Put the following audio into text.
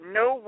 no